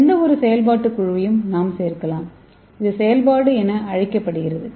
எந்தவொரு செயல்பாட்டுக் குழுவையும் நாம் சேர்க்கலாம் இது செயல்பாட்டு என அழைக்கப்படுகிறது